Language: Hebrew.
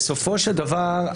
בסופו של דבר,